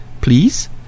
Please